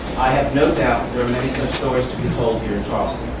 i have no doubt there are many such stories to be told here in charleston.